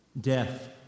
Death